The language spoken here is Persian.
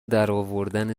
درآوردن